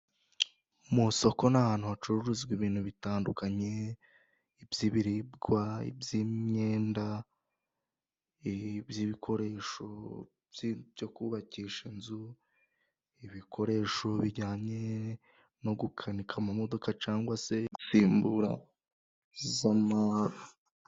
Mu soko ni ahantu hacuruzwa ibintu bitandukanye, iby'ibiribwa, iby'imyenda, iby'ibikoresho byo kubakisha inzu, ibikoresho bijyanye no gukanika amamodoka cyangwa se insimbura z'ama.